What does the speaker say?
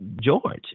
George